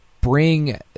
bring